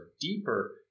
deeper